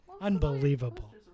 unbelievable